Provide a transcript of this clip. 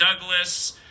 Douglas